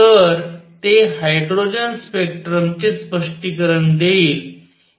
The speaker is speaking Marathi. तर ते हायड्रोजन स्पेक्ट्रमचे स्पष्टीकरण देईल